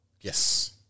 Yes